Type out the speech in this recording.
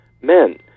men